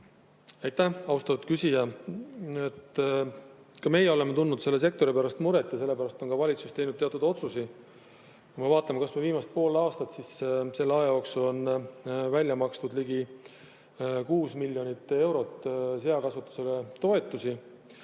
Aitäh, austatud küsija! Ka meie oleme selle sektori pärast muret tundnud ja sellepärast on valitsus teinud teatud otsuseid. Kui me vaatame kas või viimast poolt aastat, siis selle aja jooksul on välja makstud ligi 6 miljonit eurot seakasvatusele toetusi.